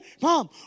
Mom